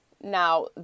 Now